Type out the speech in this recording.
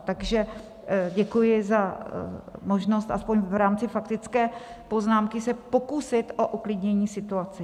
Takže děkuji za možnost aspoň v rámci faktické poznámky se pokusit o uklidnění situace.